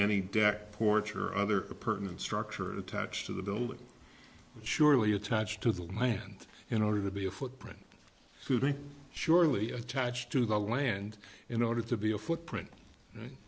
any deck porch or other permanent structure attached to the building surely attached to the land in order to be a footprint surely attached to the land in order to be a footprint